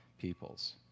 peoples